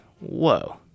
whoa